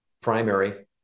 primary